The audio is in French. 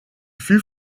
fut